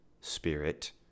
spirit